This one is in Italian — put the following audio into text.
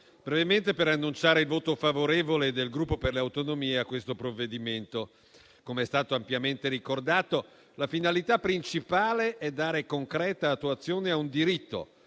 brevemente per annunciare il voto favorevole del Gruppo per le Autonomie al provvedimento in esame. Come è stato ampiamente ricordato, la sua finalità principale è dare concreta attuazione a un diritto,